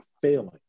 failing